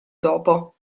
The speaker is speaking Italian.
dopo